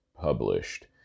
published